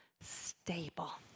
stable